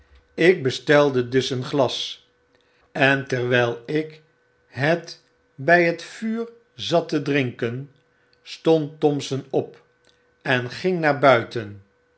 ik bestelde dus dmii tmm de geheime polttie een glas en terwyl ik het bg het vuur zatte drinken stond thompson op en ging naar buiten